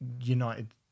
united